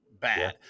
bad